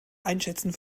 einschätzen